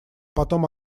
потом